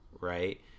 right